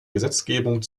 gesetzgebung